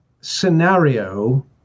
scenario